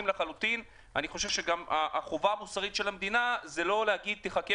ישראל והחובה המוסרית של המדינה היא לא להגיד תחכה